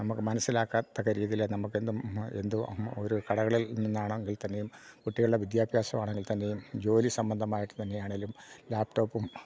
നമുക്ക് മനസ്സിലാകത്തക്ക രീതിയിൽ നമുക്ക് എന്തു എന്ത് ഒരു കടകളിൽ നിന്നാണെങ്കിൽ തന്നെയും കുട്ടികളുടെ വിദ്യാഭ്യാസമാണെങ്കിൽ തന്നെയും ജോലി സംബന്ധമായിട്ട് തന്നെയാണെങ്കിലും ലാപ്ടോപ്പും